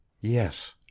Yes